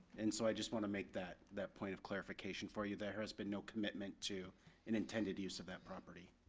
and so i just want to make that that point of clarification for you, there has been no commitment to and intended use of that property.